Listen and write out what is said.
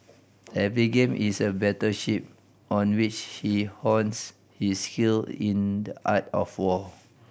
every game is a battle shift on which he hones his skill in the art of war